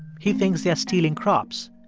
he thinks they are stealing crops,